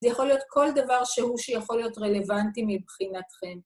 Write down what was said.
זה יכול להיות כל דבר שהוא שיכול להיות רלוונטי מבחינתכם.